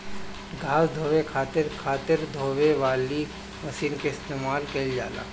घास ढोवे खातिर खातिर ढोवे वाली मशीन के इस्तेमाल कइल जाला